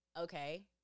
okay